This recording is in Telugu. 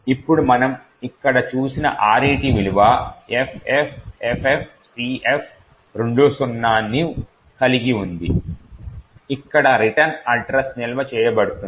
ఇప్పుడు మనం ఇక్కడ చూసేది RET విలువ FFFFCF20 ను కలిగి ఉంది ఇక్కడే రిటర్న్ అడ్రస్ నిల్వ చేయబడుతుంది